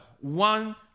one